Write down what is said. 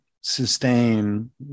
sustain